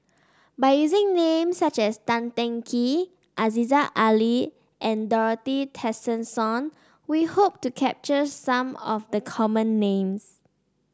by using names such as Tan Teng Kee Aziza Ali and Dorothy Tessensohn we hope to capture some of the common names